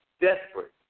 desperate